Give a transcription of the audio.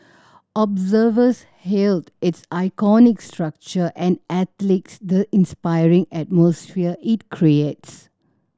observers hailed its iconic structure and athletes the inspiring atmosphere it creates